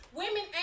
women